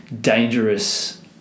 dangerous